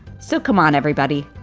so come on, everybody,